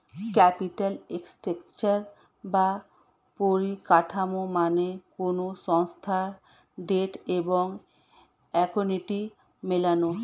capital structure বা পরিকাঠামো মানে কোনো সংস্থার ডেট এবং ইকুইটি মেলানো